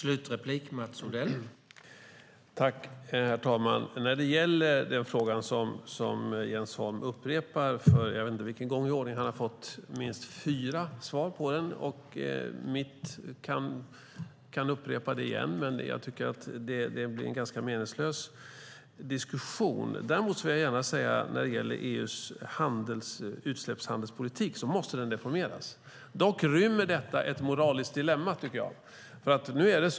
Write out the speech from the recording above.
Herr talman! När det gäller den fråga som Jens Holm upprepar för jag vet inte vilken gång i ordningen, han har fått minst fyra svar på den, kan mitt svar upprepas igen, men jag tycker att det blir en ganska meningslös diskussion. Däremot vill jag gärna säga att EU:s utsläppshandelspolitik måste reformeras. Dock rymmer detta ett moraliskt dilemma, tycker jag.